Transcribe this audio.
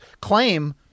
claim